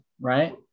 Right